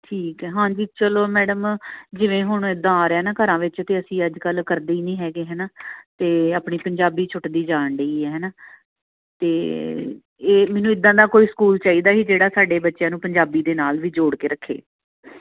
ਠੀਕ ਹੈ ਹਾਂਜੀ ਚਲੋ ਮੈਡਮ ਜਿਵੇਂ ਹੁਣ ਇਦਾਂ ਆ ਰਿਹਾ ਨਾ ਘਰਾਂ ਵਿੱਚ ਅਤੇ ਅਸੀਂ ਅੱਜ ਕੱਲ੍ਹ ਕਰਦੇ ਹੀ ਨਹੀਂ ਹੈਗੇ ਹੈ ਨਾ ਅਤੇ ਆਪਣੀ ਪੰਜਾਬੀ ਛੁੱਟਦੀ ਜਾਣਡੀ ਹੈ ਨਾ ਅਤੇ ਇਹ ਮੈਨੂੰ ਇਦਾਂ ਦਾ ਕੋਈ ਸਕੂਲ ਚਾਹੀਦਾ ਸੀ ਜਿਹੜਾ ਸਾਡੇ ਬੱਚਿਆਂ ਨੂੰ ਪੰਜਾਬੀ ਦੇ ਨਾਲ ਵੀ ਜੋੜ ਕੇ ਰੱਖੇ